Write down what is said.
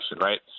right